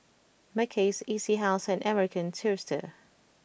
Mackays E C House and American Tourister